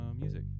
music